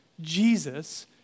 Jesus